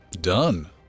Done